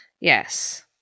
Yes